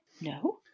No